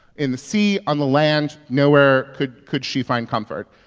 in the sea, on the land nowhere could could she find comfort.